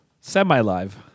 Semi-live